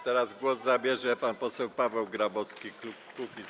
Teraz głos zabierze pan poseł Paweł Grabowski, klub Kukiz’15.